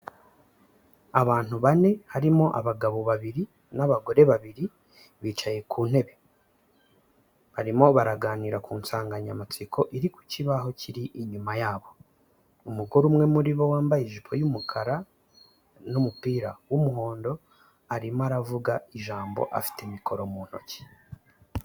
Abantu bane harimo abagabo babiri n'abagore babiri, bicaye ku ntebe, barimo baraganira ku nsanganyamatsiko iri ku kibaho kiri inyuma yabo, umugore umwe muri bo wambaye ijipo y'umukara n'umupira w'umuhondo, arimo aravuga ijambo afite mikoro mu ntoki.